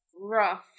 rough